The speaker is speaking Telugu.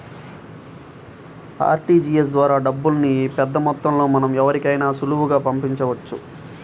ఆర్టీజీయస్ ద్వారా డబ్బుల్ని పెద్దమొత్తంలో మనం ఎవరికైనా సులువుగా పంపించవచ్చు